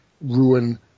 ruin